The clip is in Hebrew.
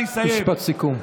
משפט סיכום.